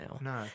No